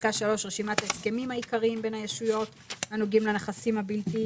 בפסקה (3) "רשימת ההסכמים העיקריים בין ישויות הנוגעים לנכסים הבלתי